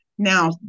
Now